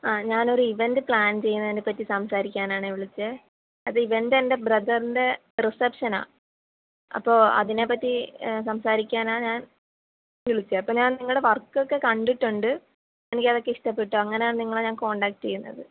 ആ ഞാൻ ഒരു ഇവൻ്റ് പ്ലാൻ ചെയ്യുന്നതിനെ പറ്റി സംസാരിക്കാനാണേ വിളിച്ചത് അത് ഇവൻ്റ് എൻ്റെ ബ്രദറിൻ്റെ റിസപ്ഷൻ ആണ് അപ്പോൾ അതിനെ പറ്റി സംസാരിക്കാനാണ് ഞാൻ വിളിച്ചത് അപ്പം ഞാൻ നിങ്ങളുടെ വർക്ക് ഒക്കെ കണ്ടിട്ടുണ്ട് എനിക്ക് അതൊക്കെ ഇഷ്ടപ്പെട്ടു അങ്ങനെയാണ് നിങ്ങളെ ഞാൻ കോണ്ടാക്റ്റ് ചെയ്യുന്നത്